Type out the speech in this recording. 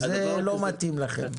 זה לא מתאים לכם.